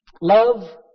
Love